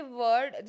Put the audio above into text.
word